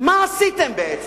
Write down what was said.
מה עשיתם בעצם?